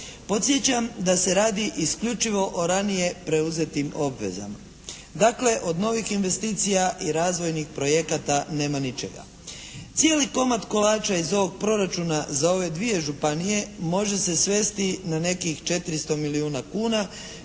Podsjećam da se radi isključivo o ranije preuzetim obvezama. Dakle, od novih investicija i razvojnih projekata nema ničega. Cijeli komad kolača iz ovog proračuna za ove dvije županije može se svesti na nekih 400 milijuna kuna